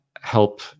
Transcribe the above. help